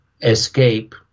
escape